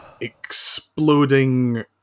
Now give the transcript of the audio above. exploding